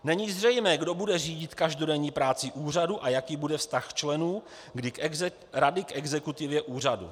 Není zřejmé, kdo bude řídit každodenní práci úřadu a jaký bude vztah členů rady k exekutivě úřadu.